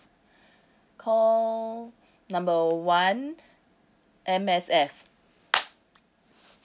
call number one M_S_F